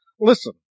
Listen